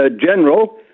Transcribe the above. general